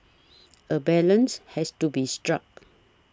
a balance has to be struck